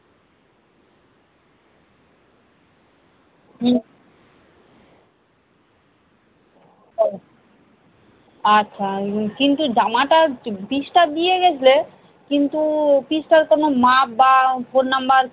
বলছি আমার কিছু দর্জি দোকানে কিছু কাজ ছিল বা আপনাকে দিয়ে সেই কাজগুলো করানো যেতে পারে কি মানে যেমন ধরুন সামনে যেমন পুজো আসছে কিছু আমার অনুষ্ঠান বাড়ি আছে সেই অনুষ্ঠান বাড়িতে আমি কিছু জামা কাটাতে চাই জামা ও প্যান্ট আপনার দোকানে সেই কাজটা হবে কি